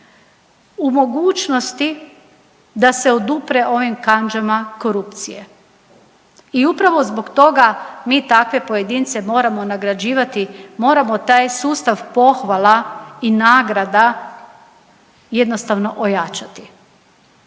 u mogućnosti da se odupre ovim kandžama korupcije. I upravo zbog toga mi takve pojedince moramo nagrađivati, moramo taj sustav pohvala i nagrada jednostavno ojačati.